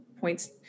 points